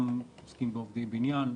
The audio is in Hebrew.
גם עוסקים בעובדי בניין.